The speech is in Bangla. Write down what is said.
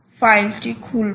ফাইলটি খুলবো